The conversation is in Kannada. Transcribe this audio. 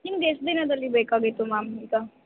ನಿಮ್ಗೆ ಎಷ್ಟು ದಿನದಲ್ಲಿ ಬೇಕಾಗಿತ್ತು ಮ್ಯಾಮ್ ಈಗ